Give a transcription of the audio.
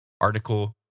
article